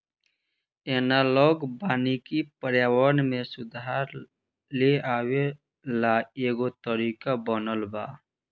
analogue वानिकी पर्यावरण में सुधार लेआवे ला एगो तरीका बनल बा